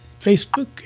Facebook